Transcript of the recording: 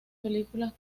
películas